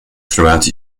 throughout